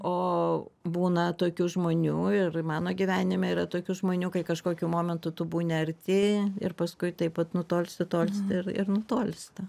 o būna tokių žmonių ir mano gyvenime yra tokių žmonių kai kažkokiu momentu tu būni arti ir paskui taip vat nu tolsti tolsti ir ir nutolsti